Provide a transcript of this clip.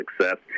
success